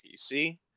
PC